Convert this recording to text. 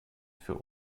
für